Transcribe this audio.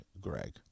greg